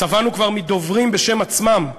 שבענו כבר מדוברים בשם עצמם,